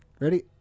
Ready